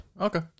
Okay